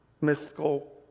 mystical